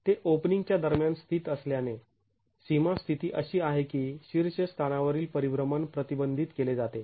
ते ओपनिंग च्या दरम्यान स्थित असल्याने सीमा स्थिती अशी आहे की शीर्ष स्थानावरील परिभ्रमण प्रतिबंधित केले जाते